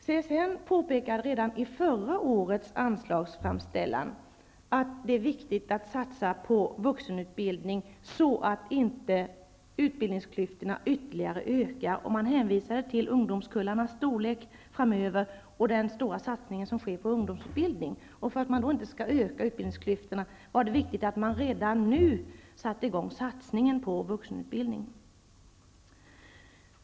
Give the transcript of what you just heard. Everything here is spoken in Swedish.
CSN påpekade redan i förra årets anslagsframställan att det är viktigt att satsa på vuxenutbildning så att utbildningsklyftorna inte ökar ytterligare. Man hänvisade till ungdomskullarnas storlek framöver och den stora satsning som sker på ungdomsutbildning. För att utbildningsklyftorna inte skall öka ansåg man att det var viktigt att satsningen på vuxenutbildning sattes i gång med detsamma.